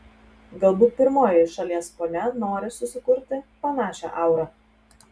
galbūt pirmoji šalies ponia nori susikurti panašią aurą